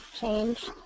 change